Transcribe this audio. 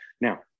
Now